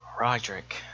roderick